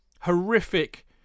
horrific